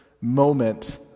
moment